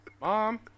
Mom